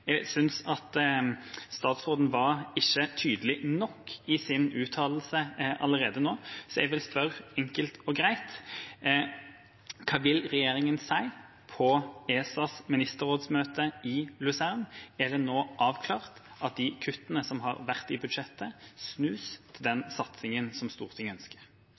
Jeg synes at statsråden ikke var tydelig nok i sin uttalelse allerede nå, så jeg vil spørre enkelt og greit: Hva vil regjeringa si på ESAs ministerrådsmøte i Lausanne? Er det nå avklart at de kuttene som har vært i budsjettet, snus til den satsingen som Stortinget ønsker?